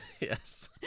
yes